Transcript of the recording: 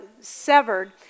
severed